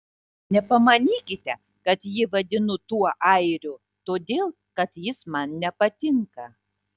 nepamanykite kad jį vadinu tuo airiu todėl kad jis man nepatinka